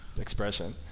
expression